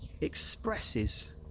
expresses